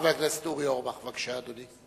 חבר הכנסת אורי אורבך, בבקשה, אדוני.